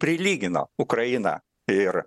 prilygino ukrainą ir